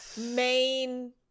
main